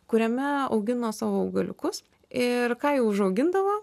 kuriame augino savo augaliukus ir ką jau užaugindavo